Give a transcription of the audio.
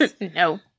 No